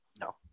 No